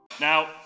Now